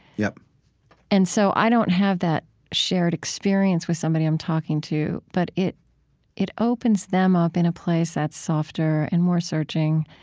yep and so, i don't have that shared experience with somebody i'm talking to. but it it opens them up in a place that's softer and more searching.